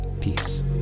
Peace